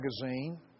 Magazine